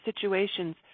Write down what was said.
situations